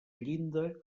llinda